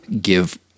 give